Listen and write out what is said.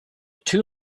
two